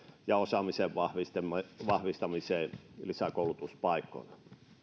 ja osaamisen vahvistamiseen vahvistamiseen lisäkoulutuspaikoilla